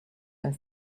and